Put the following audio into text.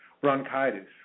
bronchitis